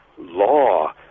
law